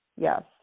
yes